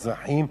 אזרחים,